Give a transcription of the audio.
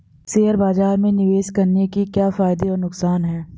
Share बाज़ार में निवेश करने के क्या फायदे और नुकसान हैं?